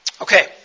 Okay